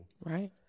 Right